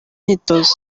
myitozo